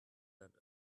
that